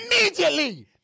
Immediately